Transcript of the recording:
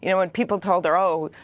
you know when people told her, oh,